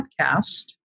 podcast